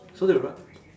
so they run